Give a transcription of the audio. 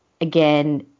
again